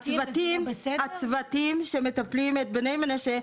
הצוותים שמטפלים בבני מנשה,